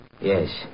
Yes